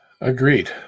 Agreed